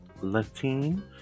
Latin